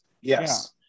Yes